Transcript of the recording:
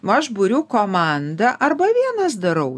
aš buriu komandą arba vienas darau